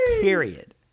period